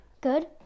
Good